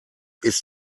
ist